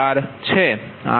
4 છે